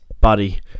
Buddy